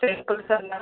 temples అయినా వెళ్దామా